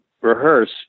rehearse